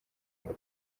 ngo